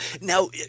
now